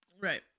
Right